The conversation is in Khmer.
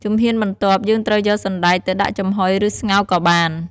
ជំហានបន្ទាប់ យើងត្រូវយកសណ្តែកទៅដាក់ចំហុយ ឬ ស្ងោរក៏បាន។